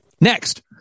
Next